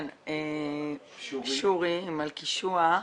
שורי ממלכישוע,